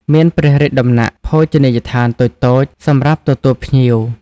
មានព្រះរាជដំណាក់ ភោជនីយដ្ឋានតូចៗ សម្រាប់ទទួលភ្ញៀវ។